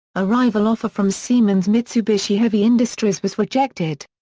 a rival offer from siemens-mitsubishi heavy industries was rejected.